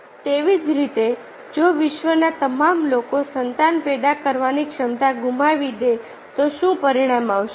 તેવી જ રીતે જો વિશ્વના તમામ લોકો સંતાન પેદા કરવાની ક્ષમતા ગુમાવી દે તો શું પરિણામો આવશે